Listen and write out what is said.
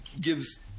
gives